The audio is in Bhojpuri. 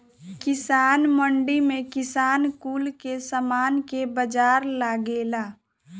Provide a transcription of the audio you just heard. किसान मंडी में किसान कुल के समान के बाजार लगेला